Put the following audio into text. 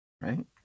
Right